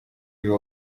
uyu